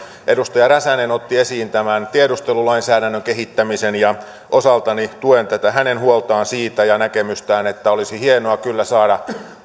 edustaja räsänen otti esiin tämän tiedustelulainsäädännön kehittämisen ja osaltani tuen tätä hänen huoltaan ja näkemystään siitä että olisi hienoa kyllä saada